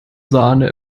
sahne